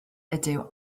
ydyw